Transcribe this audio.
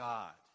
God